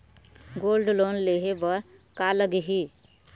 Gold loan लेहे बर का लगही?